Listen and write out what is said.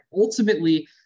ultimately